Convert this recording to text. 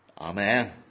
Amen